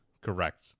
Correct